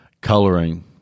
coloring